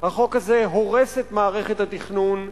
החוק הזה הורס את מערכת התכנון,